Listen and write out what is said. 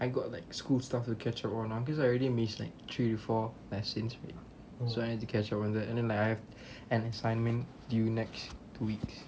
I got like school stuff to catch on ah cause I already missed like three to four lessons by now so I need to catch up on that and then like I have an assignment due next two weeks